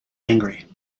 angry